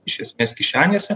iš esmės kišenėse